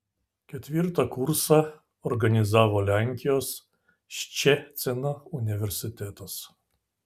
ketvirtą kursą organizavo lenkijos ščecino universitetas